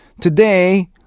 Today